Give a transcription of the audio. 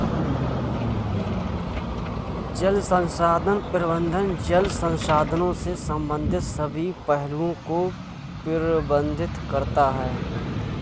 जल संसाधन प्रबंधन जल संसाधनों से संबंधित सभी पहलुओं को प्रबंधित करता है